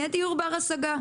יהיה דיור בר השגה.